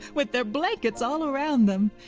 with their blankets all around them.